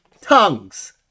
tongues